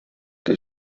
que